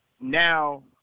now